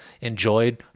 enjoyed